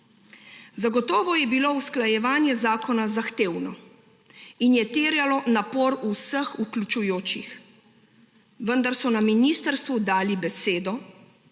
Zagotovo je bilo usklajevanje zakona zahtevno in je terjalo napor vseh vključujočih, vendar so na ministrstvu dali besedo,